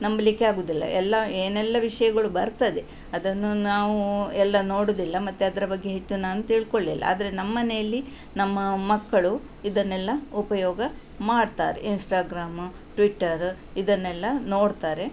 ನಂಬಲಿಕ್ಕೆ ಆಗುವುದಿಲ್ಲ ಎಲ್ಲ ಏನೆಲ್ಲ ವಿಷಯಗಳು ಬರ್ತದೆ ಅದನ್ನು ನಾವು ಎಲ್ಲ ನೋಡುವುದಿಲ್ಲ ಮತ್ತು ಅದರ ಬಗ್ಗೆ ಹೆಚ್ಚು ನಾನು ತಿಳ್ಕೊಳ್ಳಲಿಲ್ಲ ಆದರೆ ನಮ್ಮ ಮನೆಯಲ್ಲಿ ನಮ್ಮ ಮಕ್ಕಳು ಇದನ್ನೆಲ್ಲ ಉಪಯೋಗ ಮಾಡ್ತಾರೆ ಇನ್ಸ್ಟ್ರಾಗ್ರಾಮು ಟ್ವಿಟ್ಟರು ಇದನ್ನೆಲ್ಲ ನೋಡ್ತಾರೆ